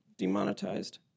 demonetized